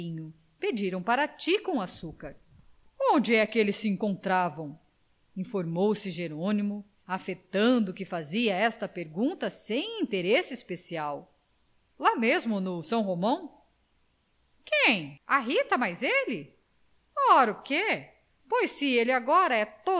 pediram parati com açúcar onde é que eles se encontravam informou-se jerônimo afetando que fazia esta pergunta sem interesse especial lá mesmo no são romão quem a rita mais ele ora o quê pois se ele agora